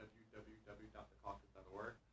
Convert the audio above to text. www.thecaucus.org